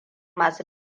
masu